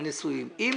אני